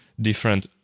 different